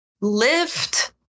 lift